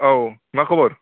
औ मा खबर